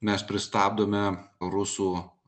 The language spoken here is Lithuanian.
mes pristabdome rusų